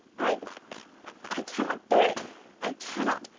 i i cannot bear it i cannot.